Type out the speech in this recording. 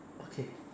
okay